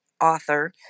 author